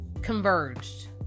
converged